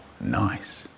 Nice